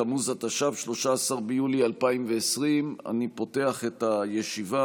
בתמוז התש"ף / 13 15 ביוני 2020 / 18 חוברת י"ח ישיבה